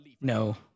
No